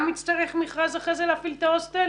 יצטרך מכרז אחרי זה להפעיל את ההוסטל?